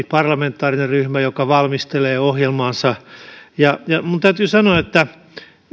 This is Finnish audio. parlamentaarinen yritystukien arviointiryhmä joka valmistelee ohjelmaansa minun täytyy sanoa että